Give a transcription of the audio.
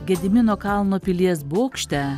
gedimino kalno pilies bokšte